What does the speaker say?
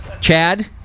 Chad